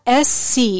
sc